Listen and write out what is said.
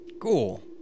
cool